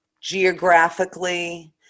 geographically